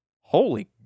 Holy